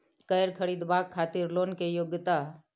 कैर खरीदवाक खातिर लोन के योग्यता?